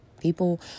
People